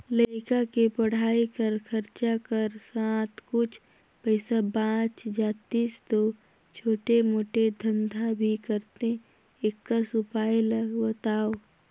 लइका के पढ़ाई कर खरचा कर साथ कुछ पईसा बाच जातिस तो छोटे मोटे धंधा भी करते एकस उपाय ला बताव?